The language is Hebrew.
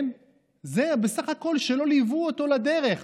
זה בסך הכול שלא ליוו אותו לדרך.